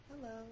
hello